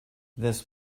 this